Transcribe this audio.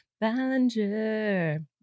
Ballinger